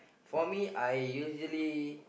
for me I usually